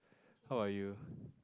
how about you